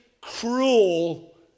cruel